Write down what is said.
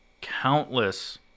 countless